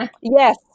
Yes